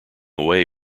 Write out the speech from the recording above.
away